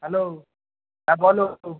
hello হ্যাঁ বলো